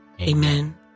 Amen